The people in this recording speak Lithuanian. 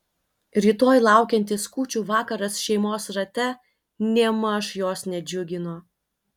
rytoj laukiantis kūčių vakaras šeimos rate nėmaž jos nedžiugino